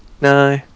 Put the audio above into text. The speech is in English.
No